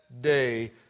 day